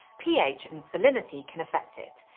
ph, and salinity can affect it.